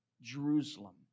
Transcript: Jerusalem